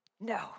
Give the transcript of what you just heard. No